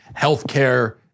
healthcare